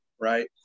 Right